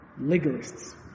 legalists